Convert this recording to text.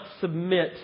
submit